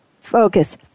focus